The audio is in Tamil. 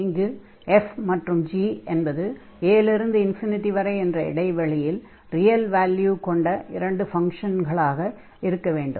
இங்கு f மற்றும் g என்பது a இல் இருந்து வரை என்ற இடைவளியில் ரியல் வேல்யூ கொண்ட இரண்டு ஃபங்ஷன்கள் ஆகும்